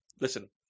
Listen